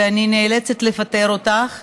ואני נאלצת לפטר אותך,